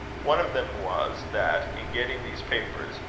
one of them was, that in getting these papers,